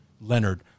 Leonard